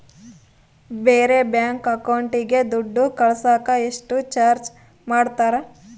ಬೇರೆ ಬ್ಯಾಂಕ್ ಅಕೌಂಟಿಗೆ ದುಡ್ಡು ಕಳಸಾಕ ಎಷ್ಟು ಚಾರ್ಜ್ ಮಾಡತಾರ?